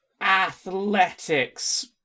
Athletics